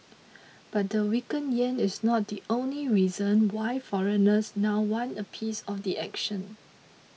but the weaker yen is not the only reason why foreigners now want a piece of the action